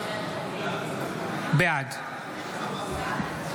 בעד יואב סגלוביץ'